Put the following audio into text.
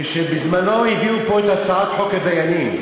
כשבזמנו הביאו פה את הצעת חוק הדיינים,